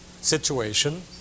situation